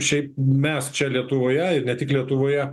šiaip mes čia lietuvoje ir ne tik lietuvoje